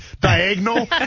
diagonal